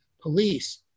police